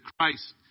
Christ